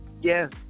Yes